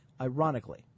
ironically